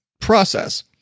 process